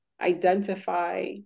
identify